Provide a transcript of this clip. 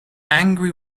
angry